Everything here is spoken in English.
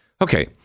Okay